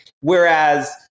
Whereas